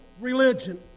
religion